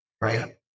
right